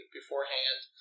beforehand